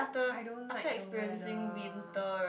I don't like the weather